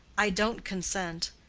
i don't consent.